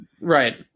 right